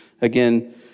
again